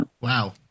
Wow